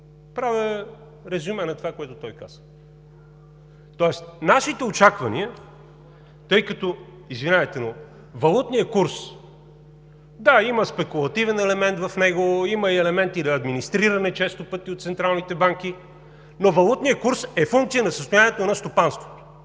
Правя резюме на това, което той каза. Тоест нашите очаквания, тъй като, извинявайте, но валутният курс – да, има спекулативен елемент в него, има и елементи на администриране често пъти от централните банки, но валутният курс е функция на състоянието на стопанството.